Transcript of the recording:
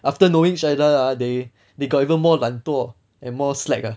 after knowing each other lah they they got even more 懒惰 and more slack ah